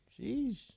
Jeez